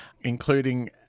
including